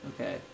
Okay